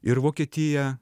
ir vokietija